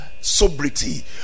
sobriety